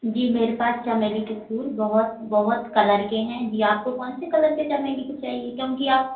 जी मेरे पास चमेली के फूल बहुत बहुत कलर के हैं जी आपको कौन से कलर के चमेली के फूल चाहिये क्योंकि आप